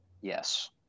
yes